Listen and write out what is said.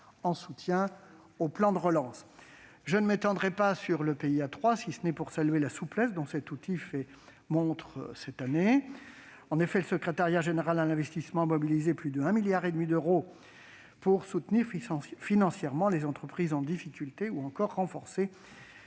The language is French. en soutien au plan de relance. Je ne m'étendrai pas sur le PIA 3, si ce n'est pour saluer la souplesse dont cet outil a fait montre cette année. En effet, le secrétariat général pour l'investissement, le SGPI, a mobilisé plus de 1,5 milliard d'euros pour soutenir financièrement les entreprises en difficulté ou encore renforcer